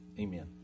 amen